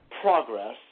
Progress